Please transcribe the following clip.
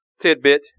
tidbit